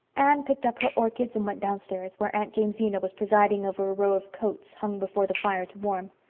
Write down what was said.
anne picked up her orchids and went downstairs, where aunt jamesina was presiding over a row of coats hung before the fire to warm.